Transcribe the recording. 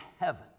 heaven